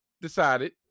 decided